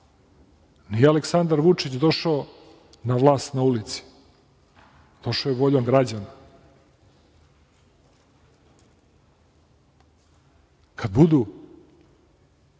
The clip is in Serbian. Nije Aleksandar Vučić došao na vlast na ulici, došao je voljom građana. Kada budu